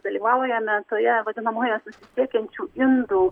dalyvaujame toje vadinamojoje susisiekiančių indų